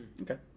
Okay